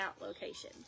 location